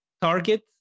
target